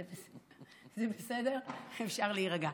זה בסדר, אפשר להירגע.